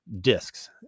discs